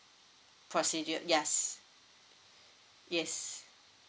procedure yes yes